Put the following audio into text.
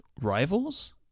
rivals